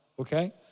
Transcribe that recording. Okay